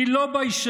היא לא ביישנית